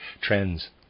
trends